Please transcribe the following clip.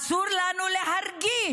אסור לנו להרגיש.